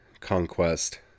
conquest